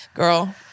girl